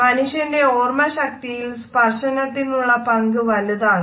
മനുഷ്യന്റെ ഓര്മശക്തിയിൽ സ്പര്ശനത്തിനുള്ള പങ്ക് വലുതാണ്